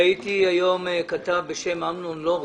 ראיתי היום מאמר של כתב בשם אמנון לורד,